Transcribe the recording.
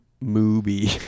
movie